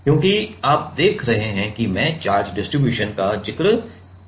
क्योंकि आप देख रहे हैं कि मैं चार्ज डिस्ट्रीब्यूशन का जिक्र कर रहा हूं